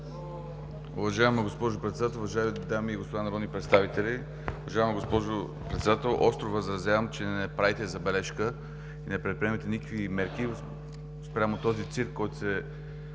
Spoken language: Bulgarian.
Уважаема госпожо Председател, уважаеми дами и господа народни представители! Уважаема госпожо Председател, остро възразявам, че не правите забележка и не предприемате никакви мерки спрямо този цирк, който в